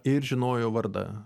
ir žinojo vardą